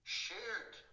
shared